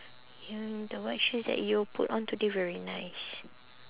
mm the white shoes that you put on today very nice